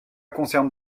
concerne